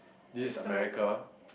this is America